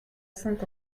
cinq